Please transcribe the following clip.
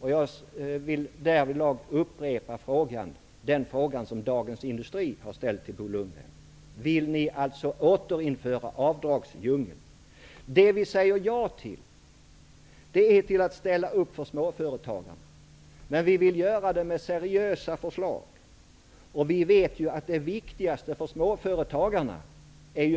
Därvidlag vill jag upprepa den fråga till Bo Lundgren som Dagens Industri ställde: Vill ni återinföra avdragsdjungeln? Det vi säger ja till är att ställa upp för småföretagarna, men vi vill göra det med seriösa förslag. Vi vet ju att det viktigaste för småföretagarna